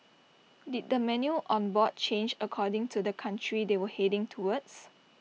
did the menu on board change according to the country they were heading towards